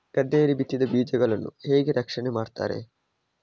ಗದ್ದೆಯಲ್ಲಿ ಬಿತ್ತಿದ ಬೀಜಗಳನ್ನು ಹೇಗೆ ರಕ್ಷಣೆ ಮಾಡುತ್ತಾರೆ?